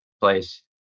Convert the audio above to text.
place